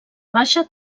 baixa